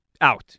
out